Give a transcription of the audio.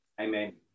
Amen